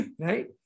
right